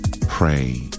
pray